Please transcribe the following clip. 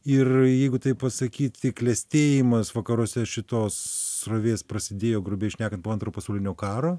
ir jeigu taip pasakyti klestėjimas vakaruose šitos srovės prasidėjo grubiai šnekant po antro pasaulinio karo